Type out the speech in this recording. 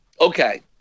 okay